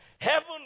Heaven